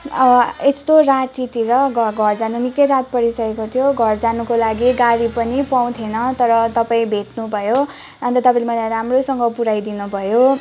आ स्तो रातितिर घ घर जानु निक्कै रात परिसकेको थियो घर जानुको लागि गाडी पनि पाउँथेन तर तपाईँ भेट्नु भयो अन्त तपाईँले मलाई राम्रैसँग पुऱ्याइदिनु भयो